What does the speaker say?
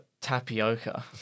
tapioca